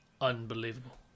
unbelievable